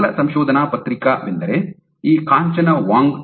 ಮೊದಲ ಸಂಶೋಧನಾ ಪತ್ರಿಕೆವೆಂದರೆ ಈ ಕಾಂಚನವಾಂಗ್ Kanchanwang et al